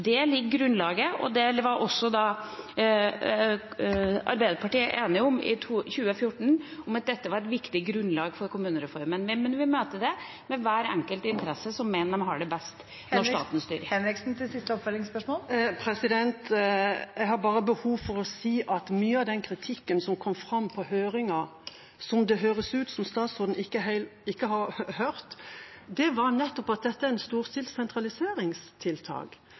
Det ligger i grunnlaget, og det var også Arbeiderpartiet enig i i 2014, at dette var et viktig grunnlag for kommunereformen, men vi møtes med at de mener at hver enkelt interesse har det best når staten styrer. Kari Henriksen – til oppfølgingsspørsmål. Jeg har bare behov for å si at mye av den kritikken som kom fram på høringen, som det høres ut som om statsråden ikke har hørt, nettopp var at dette er et storstilt sentraliseringstiltak,